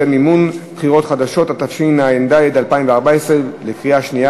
4), התשע"ד 2014, אושרה בקריאה שנייה